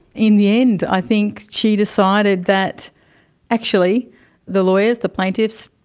in the end i think she decided that actually the lawyers, the plaintiffs,